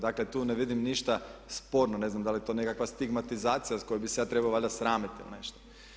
Dakle tu ne vidim ništa sporno, ne znam da li je to nekakva stigmatizacija koje bih se ja trebao valjda sramiti ili nešto.